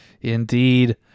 Indeed